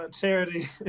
charity